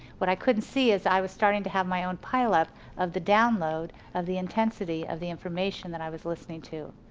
what i couldn't see was i was starting to have my own pile-up of the download of the intensity of the information that i was listening to.